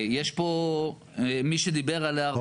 יש פה את מי שדיבר על היערכות,